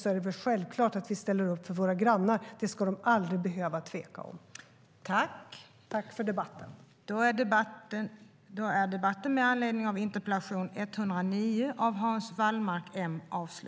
Det är väl självklart att vi ställer upp för våra grannar; det ska de aldrig behöva tveka om. Överläggningen var härmed avslutad.